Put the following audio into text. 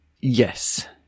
Yes